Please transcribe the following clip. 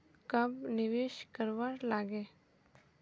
कब निवेश करवार लागे?